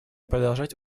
продолжать